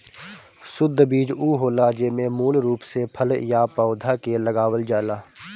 शुद्ध बीज उ होला जेमे मूल रूप से फल या पौधा के लगावल जाला